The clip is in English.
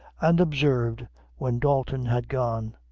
and observed when dalton had gone